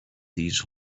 these